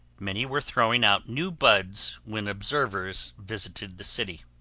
many were throwing out new buds when observers visited the city.